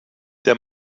der